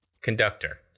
Conductor